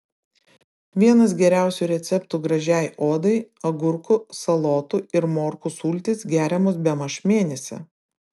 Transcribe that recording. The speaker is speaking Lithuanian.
vienas geriausių receptų gražiai odai agurkų salotų ir morkų sultys geriamos bemaž mėnesį